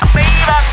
baby